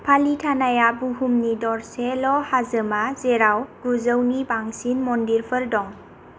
पालितानाया बुहुमनि दरसेल' हाजोमा जेराव गुजौनि बांसिन मन्दिरफोर दं